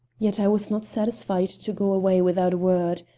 yet i was not satisfied to go away without a word.